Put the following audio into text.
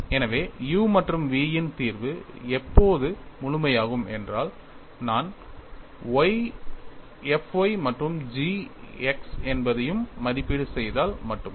எனவே u மற்றும் v இன் தீர்வு எப்போது முழுமையாகும் என்றால் நான் f y மற்றும் g x என்பதையும் மதிப்பீடு செய்தால் மட்டுமே